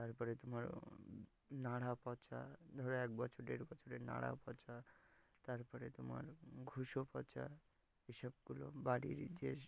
তার পরে তোমার নাড়া পচা ধর এক বছর দেড় বছরের নাড়া পচা তার পরে তোমার ভুষো পচা এ সবগুলো বাড়ির যে